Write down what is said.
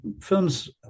films